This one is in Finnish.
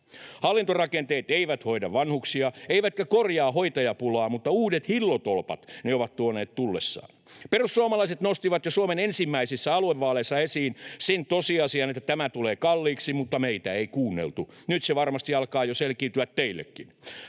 Hallintorakenteet eivät hoida vanhuksia eivätkä korjaa hoitajapulaa, mutta uudet hillotolpat ne ovat tuoneet tullessaan. Perussuomalaiset nostivat jo Suomen ensimmäisissä aluevaaleissa esiin sen tosiasian, että tämä tulee kalliiksi, mutta meitä ei kuunneltu. Nyt se varmasti alkaa jo selkiytyä teillekin.